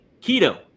keto